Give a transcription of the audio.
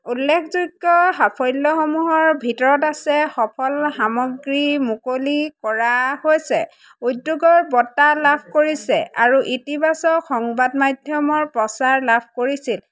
উল্লেখযোগ্য সাফল্যসমূহৰ ভিতৰত আছে সফল সামগ্ৰী মুকলি কৰা হৈছে উদ্যোগৰ বঁটা লাভ কৰিছে আৰু ইতিবাচক সংবাদ মাধ্যমৰ প্ৰচাৰ লাভ কৰিছিল